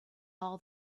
all